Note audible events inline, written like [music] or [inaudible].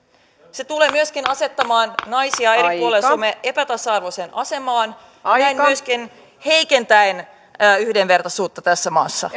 se tulee myöskin asettamaan naisia eri puolilla suomea epätasa arvoiseen asemaan ja näin myöskin heikentää yhdenvertaisuutta tässä maassa [unintelligible]